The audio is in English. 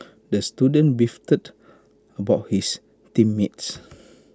the student beefed about his team mates